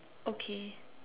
okay